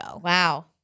Wow